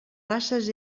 races